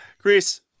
Chris